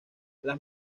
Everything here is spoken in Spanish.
las